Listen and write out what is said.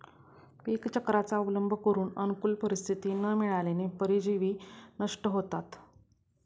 पीकचक्राचा अवलंब करून अनुकूल परिस्थिती न मिळाल्याने परजीवी नष्ट होतात